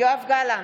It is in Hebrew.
יואב גלנט,